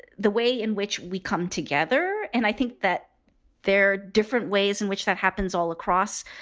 the way in which we come together and i think that there are different ways in which that happens all across,